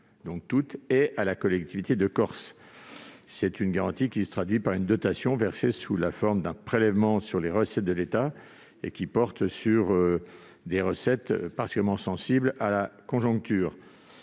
d'outre-mer et à la collectivité de Corse. Cette garantie, qui se traduit par une dotation versée sous la forme d'un prélèvement sur les recettes de l'État, porte sur des recettes fortement sensibles à la conjoncture.